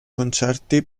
concerti